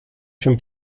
się